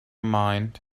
mind